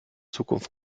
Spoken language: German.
zukunft